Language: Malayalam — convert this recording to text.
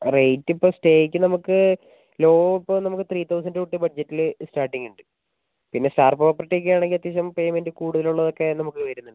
റേറ്റ് ഇപ്പോൾ സ്റ്റേയ്ക്ക് നമുക്ക് ലോ അപ്പോൾ നമുക്ക് ത്രീ തൗസൻഡ് തൊട്ട് ബഡ്ജറ്റില് സ്റ്റാർട്ടിംഗ് ഉണ്ട് പിന്നെ സ്റ്റാർ പ്രോപ്പർട്ടി ഒക്കെ ആണെങ്കിൽ അത്യാവശ്യം പേയ്മെൻറ്റ് കൂടുതലുള്ളത് ഒക്കെ നമുക്ക് വരുന്നണ്ട്